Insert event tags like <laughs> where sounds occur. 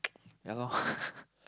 <noise> ya lor <laughs>